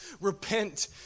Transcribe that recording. repent